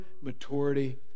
maturity